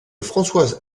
françoise